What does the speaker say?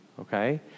Okay